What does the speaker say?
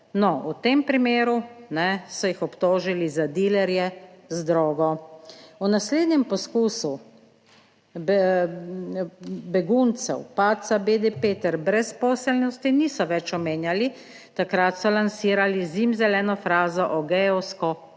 No, v tem primeru so jih obtožili za dilerje z drogo. V naslednjem poskusu beguncev padca BDP ter brezposelnosti niso več omenjali; takrat so lansirali zimzeleno frazo o gejevsko-kokainski